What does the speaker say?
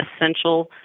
essential